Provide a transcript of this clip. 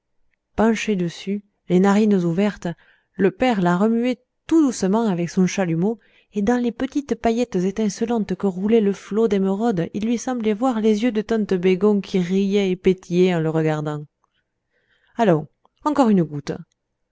penché dessus les narines ouvertes le père la remuait tout doucement avec son chalumeau et dans les petites paillettes étincelantes que roulait le flot d'émeraude il lui semblait voir les yeux de tante bégon qui riaient et pétillaient en le regardant allons encore une goutte